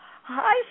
Hi